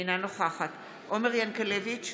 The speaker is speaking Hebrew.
אינה נוכחת עומר ינקלביץ'